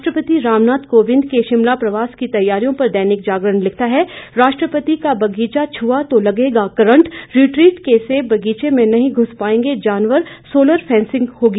राष्ट्रपति रामनाथ कोविंद के शिमला प्रवास की तैयारियों पर दैनिक जागरण लिखता है राष्ट्रपति का बगीचा छुआ तो लगेगा करंट रिट्रीट के सेब बगीचे में नहीं घुस पाएंगे जानवर सोलर फेंसिंग होगी